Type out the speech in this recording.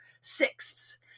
sixths